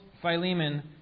Philemon